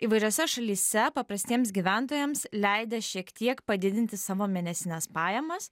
įvairiose šalyse paprastiems gyventojams leidę šiek tiek padidinti savo mėnesines pajamas